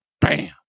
Bam